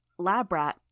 Labrat